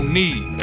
need